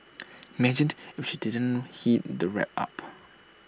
imagine if she didn't heat the wrap up